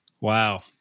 Wow